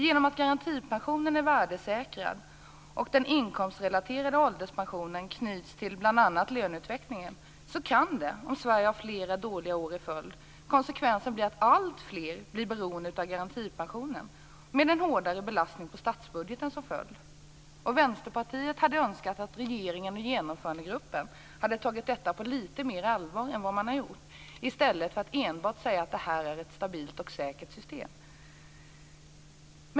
Genom att garantipensionen är värdesäkrad och den inkomstrelaterade ålderspensionen knyts till bl.a. löneutvecklingen kan konsekvensen bli - om Sverige har flera dåliga år i följd - att alltfler blir beroende av garantipensionen, med en hårdare belastning på statsbudgeten som följd. Vänsterpartiet hade önskat att regeringen och Genomförandegruppen hade tagit detta på litet mer allvar än man har gjort, i stället för att enbart säga att det är ett stabilt och säkert system.